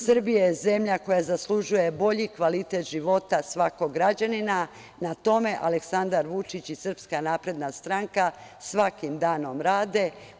Srbija je zemlja koja zaslužuje bolji kvalitet života svakog građanina, na tome Aleksandar Vučić i SNS svakim danom rade.